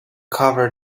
cover